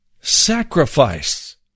sacrifice